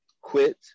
quit